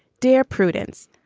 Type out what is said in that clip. dear prudence,